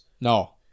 No